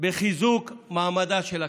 בחיזוק מעמדה של הכנסת,